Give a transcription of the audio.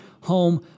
home